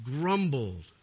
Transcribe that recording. grumbled